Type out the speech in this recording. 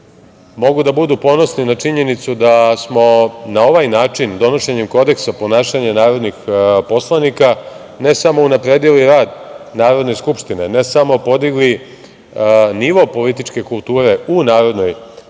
mogu da budu ponosni na činjenicu da smo na ovaj način, donošenjem Kodeksa ponašanja narodnih poslanika, ne samo unapredili rad Narodne skupštine, ne samo podigli nivo političke kulture u Narodnoj skupštini,